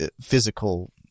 physical